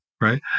Right